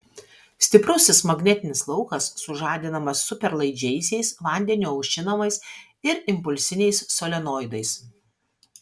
stiprusis magnetinis laukas sužadinamas superlaidžiaisiais vandeniu aušinamais ir impulsiniais solenoidais